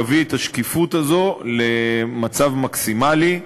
יביא את השקיפות הזאת למצב מקסימלי,